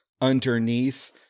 underneath